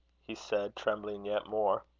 he said, trembling yet more.